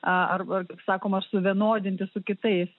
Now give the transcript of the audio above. arba kaip sakoma suvienodinti su kitais